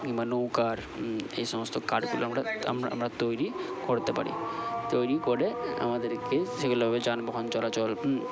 কিংবা নৌকার এই সমস্ত কাঠগুলো আমরা আমরা আমরা তৈরি করতে পারি তৈরি করে আমাদেরকে সেগুলোকে যানবাহন চলাচল